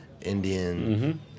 Indian